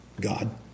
God